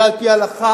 יהיה על-פי ההלכה,